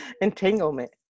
entanglement